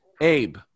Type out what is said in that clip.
Abe